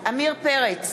עמיר פרץ,